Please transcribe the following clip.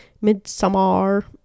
midsummer